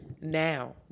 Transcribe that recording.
now